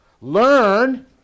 Learn